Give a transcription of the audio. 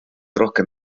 rohkem